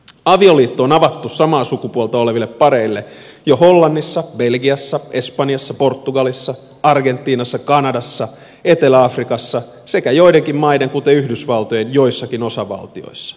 avioliitto on avattu samaa sukupuolta oleville pareille jo hollannissa belgiassa espanjassa portugalissa argentiinassa kanadassa etelä afrikassa sekä joidenkin maiden kuten yhdysvaltojen joissakin osavaltioissa